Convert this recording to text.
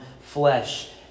flesh